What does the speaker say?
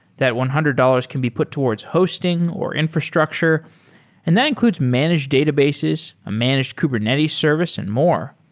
that one hundred dollars can be put towards hosting, or infrastructure and that includes managed databases, a managed kubernetes service and more.